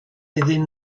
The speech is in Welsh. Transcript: iddyn